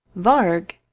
varg!